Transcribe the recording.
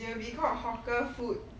they will be called hawker food